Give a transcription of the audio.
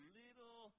little